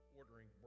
ordering